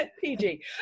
PG